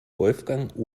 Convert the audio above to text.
wolfgang